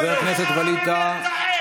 חבר הכנסת ווליד טאהא,